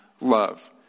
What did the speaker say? love